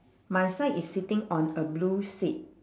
my side is sitting on a blue seat